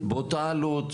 באותה עלות,